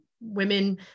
women